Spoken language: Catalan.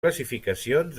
classificacions